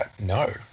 no